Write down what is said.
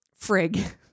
frig